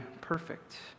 perfect